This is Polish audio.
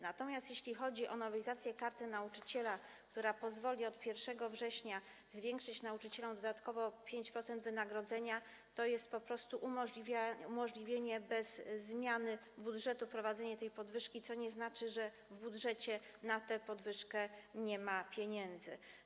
Natomiast jeśli chodzi o nowelizację Karty Nauczyciela, która pozwoli od 1 września zwiększyć nauczycielom dodatkowo o 5% wynagrodzenia, to jest to po prostu umożliwienie bez zmiany budżetu wprowadzenia tej podwyżki, co nie znaczy, że w budżecie na tę podwyżkę nie ma pieniędzy.